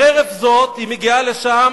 חרף זאת, היא מגיעה לשם